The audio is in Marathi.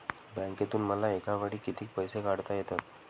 बँकेतून मला एकावेळी किती पैसे काढता येतात?